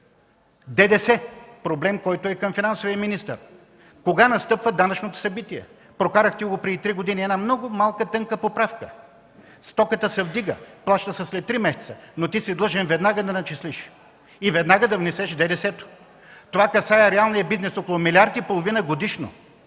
е проблем, който е проблем към финансовия министър. Кога настъпва данъчното събитие? Прокарахте преди три години една много малка тънка поправка – стоката се вдига, плаща се след три месеца, но ти си длъжен веднага да начислиш и да внесеше ДДС-то. Това касае реалният бизнес с около милиард и половина годишно,